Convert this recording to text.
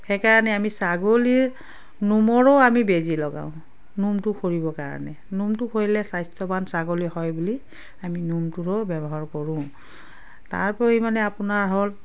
সেইকাৰণে আমি ছাগলীৰ নোমৰো আমি বেজী লগাওঁ নোমটো সৰিবৰ কাৰণে নোমটো সৰিলে স্বাস্থ্যৱান ছাগলী হয় বুলি আমি নোমটোৰো ব্যৱহাৰ কৰোঁ তাৰ পৰিমাণে আপোনাৰ হ'ল